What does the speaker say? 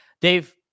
dave